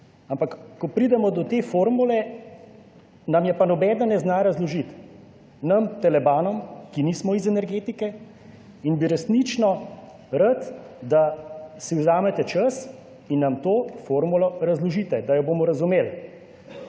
Ampak ko pridemo do te formule, nam je pa nobeden ne zna razložiti, nam telebanom, ki nismo iz energetike in bi resnično rad, da si vzamete čas in nam to formulo razložite, da jo bomo razumeli.